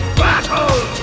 battle